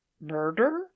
murder